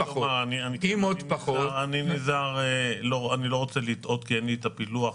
אני לא רוצה לטעות כי אין לי את הפילוח כאן.